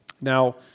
Now